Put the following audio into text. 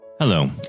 Hello